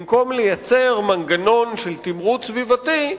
במקום לייצר מנגנון של תמרוץ סביבתי,